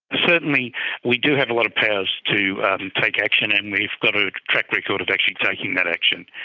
certainly we do have a lot of powers to take action, and we've got a track record of actually taking that action.